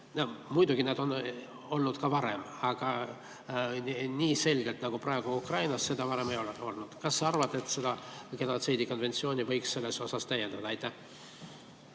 Muidugi, neid on olnud ka varem, aga nii selgelt nagu praegu Ukrainas neid varem ei ole olnud. Kas sa arvad, et seda genotsiidi konventsiooni võiks selles osas täiendada? Aitäh!